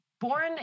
born